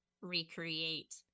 recreate